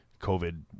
COVID